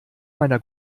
meiner